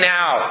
now